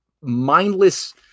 mindless